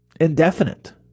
Indefinite